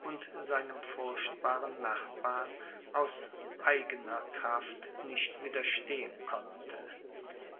und seinem furchtbaren nachbar durch eigene kraft nicht widerstehen konnte